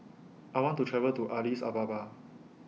I want to travel to Addis Ababa